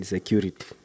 Security